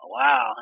wow